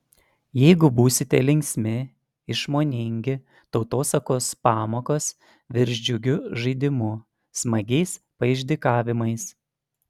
jeigu būsite linksmi išmoningi tautosakos pamokos virs džiugiu žaidimu smagiais paišdykavimais